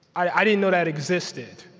i didn't know that existed